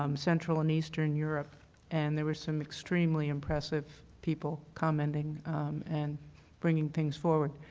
um central and eastern europe and there was some extremely impressive people commenting and bringing things forward.